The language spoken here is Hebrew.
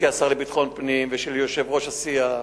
כשר לביטחון פנים, ושל יושב-ראש הסיעה,